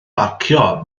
barcio